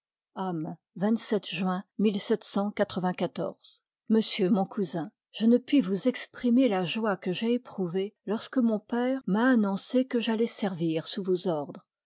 monsieur mon cousin je ne puis vous exprimer la joie que j'ai i éprouvée lorsque mon pcre m'a annoncé r paît que jallois servir sous vos ordres